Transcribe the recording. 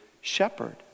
shepherd